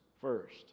first